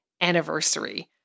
anniversary